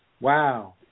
wow